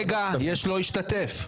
רגע, יש לא השתתף.